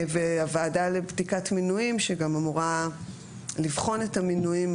והוועדה לבדיקת מינויים שגם אמורה לבחון את המינויים,